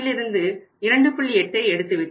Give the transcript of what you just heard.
8ஐ எடுத்துவிட்டோம்